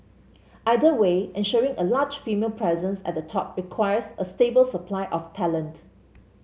either way ensuring a larger female presence at the top requires a stable supply of talent